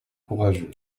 courageux